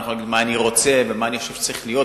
אני יכול להגיד מה אני רוצה ומה אני חושב שצריך להיות,